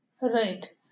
Right